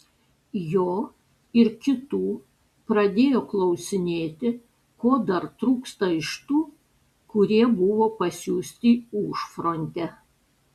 jo ir kitų pradėjo klausinėti ko dar trūksta iš tų kurie buvo pasiųsti į užfrontę